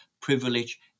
privilege